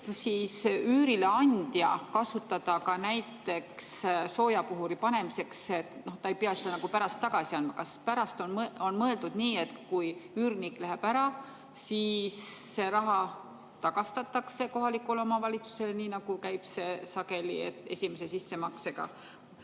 võib üürileandja kasutada ka näiteks soojapuhuri panemiseks ja ta ei pea seda pärast tagasi andma? Kas on mõeldud nii, et kui üürnik läheb ära, siis see raha tagastatakse kohalikule omavalitsusele, nii nagu käib see sageli esimese sissemakse